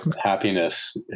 happiness